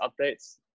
updates